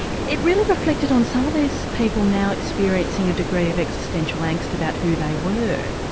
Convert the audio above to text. it really reflected on some of these people now experiencing a degree of existential angst about who they were.